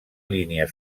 línia